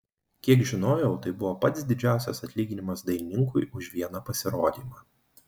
kiek žinojau tai buvo pats didžiausias atlyginimas dainininkui už vieną pasirodymą